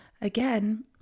Again